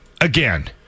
again